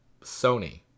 Sony